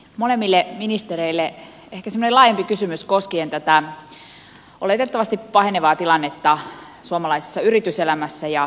molemmille ministereille ehkä semmoinen laajempi kysymys koskien tätä oletettavasti pahenevaa tilannetta suomalaisessa yrityselämässä ja työpaikoissa